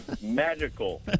Magical